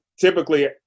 typically